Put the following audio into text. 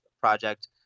project